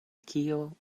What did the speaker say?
kio